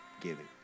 giving